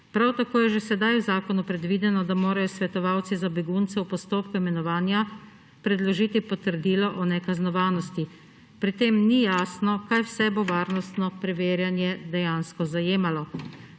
Prav tako je že sedaj v zakonu predvideno, da morajo svetovalci za begunce v postopku imenovanja predložiti potrdilo o nekaznovanosti. Pri tem ni jasno, kaj vse bo varnostno preverjanje dejansko zajemalo.